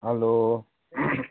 hello